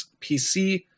PC